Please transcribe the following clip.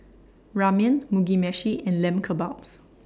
Ramen Mugi Meshi and Lamb Kebabs